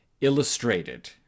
illustrated